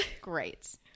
Great